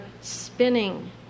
spinning